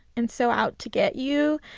and so out to get you.